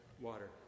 water